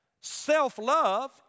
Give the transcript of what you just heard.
Self-love